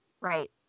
Right